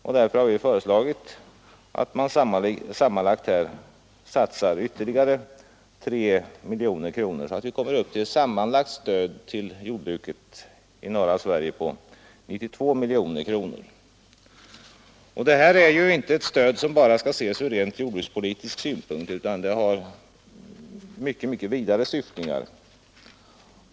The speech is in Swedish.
Vi har föreslagit att man skall satsa ytterligare 3 miljoner, så att stödet till jordbruket i norra Sverige sammanlagt kommer upp till 92 miljoner kronor. Detta är ju inte ett stöd som bara skall ses från jordbrukspolitisk synpunkt utan det har mycket vidare syftningar.